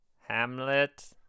hamlet